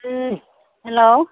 hello